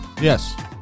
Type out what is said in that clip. Yes